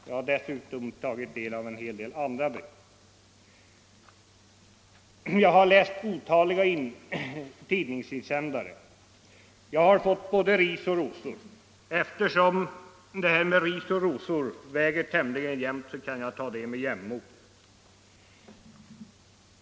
Jag har dessutom tagit del av många andras brev och läst otaliga tidningsinsändare. Jag har fått både ris och ros för denna min verksamhet. Eftersom riset och rosorna väger tämligen jämnt, kan jag ta det med jämnmod.